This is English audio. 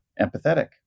empathetic